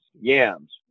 yams